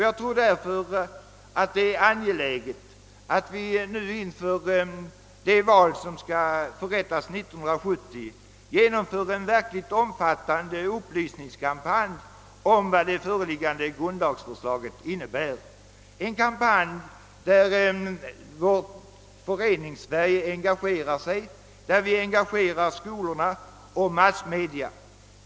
Jag tror därför att det är angeläget att vi inför det val som skall förrättas 1970 genomför en verkligt omfattande upplysningskampanj om vad det föreliggande grundlagsförslaget innebär, en kampanj där vi engagerar Föreningssverige, skolorna och massmedia.